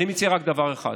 אני מציע רק דבר אחד,